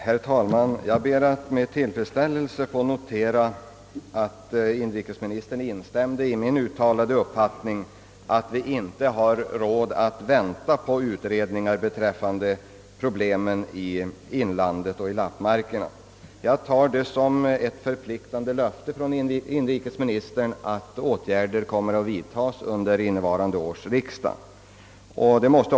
Herr talman! Jag noterar med tillfredsställelse att inrikesministern instämde i mitt uttalande, att vi inte har tid att vänta på utredningar rörande problemen i Norrlands inland och i lappmarkerna. Jag tar detta som ett förpliktande löfte från inrikesministern att åt gärder skall vidtagas under innevarande år och förslag föreläggas innevarande års riksdag.